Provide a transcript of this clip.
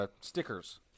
stickers